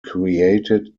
created